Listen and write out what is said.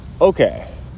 okay